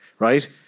right